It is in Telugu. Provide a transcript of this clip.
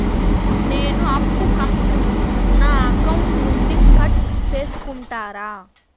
నేను అప్పు కంతును నా అకౌంట్ నుండి కట్ సేసుకుంటారా?